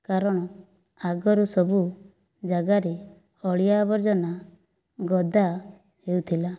କାରଣ ଆଗରୁ ସବୁ ଜାଗାରେ ଅଳିଆ ଆବର୍ଜନା ଗଦା ହେଉଥିଲା